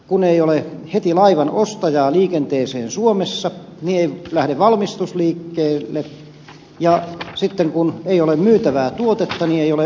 kun ei ole heti laivanostajaa liikenteeseen suomessa niin ei lähde valmistus liikkeelle ja sitten kun ei ole myytävää tuotetta niin ei ole ostajaa